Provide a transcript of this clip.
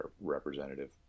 representative